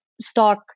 stock